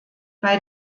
bei